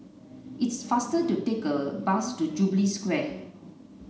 it is faster to take a bus to Jubilee Square